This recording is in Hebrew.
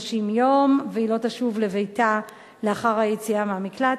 יום ולא תשוב לביתה לאחר היציאה מהמקלט,